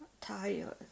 tired